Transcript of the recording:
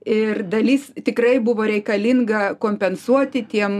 ir dalis tikrai buvo reikalinga kompensuoti tiem